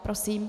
Prosím.